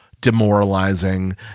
Demoralizing